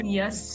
yes